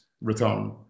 return